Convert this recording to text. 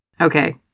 Okay